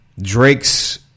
Drake's